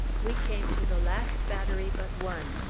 we came to the last battery but one,